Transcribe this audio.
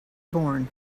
born